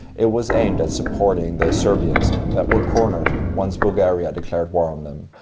it was aimed at supporting the serbians, that were cornered once bulgaria declared war on them.